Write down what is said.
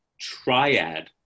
triad